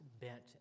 bent